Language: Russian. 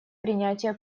принятие